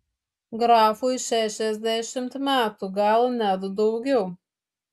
grafui šešiasdešimt metų gal net daugiau